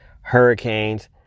hurricanes